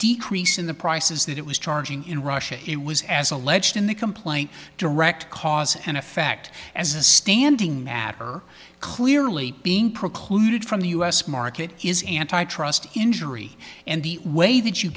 decrease in the prices that it was charging in russia it was as alleged in the complaint direct cause and effect as a standing matter clearly being precluded from the u s market is antitrust injury and the way that you